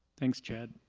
thanks, chad.